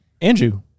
andrew